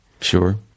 Sure